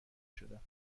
شدم